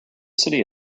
city